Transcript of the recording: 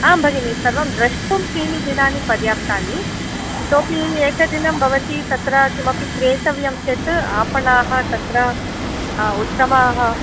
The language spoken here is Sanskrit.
आं भगिनि सर्वं दृष्टुं त्रीणि दिनानि पर्याप्तानि इतोऽपि एकदिनं भवती तत्र किमपि क्रेतव्यं चेत् आपणाः तत्र उत्तमाः